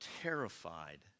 terrified